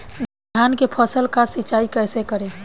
धान के फसल का सिंचाई कैसे करे?